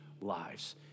lives